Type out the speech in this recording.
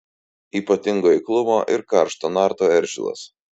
ypatingo eiklumo ir karšto narto eržilas